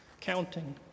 counting